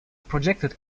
projected